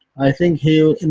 i think he'll,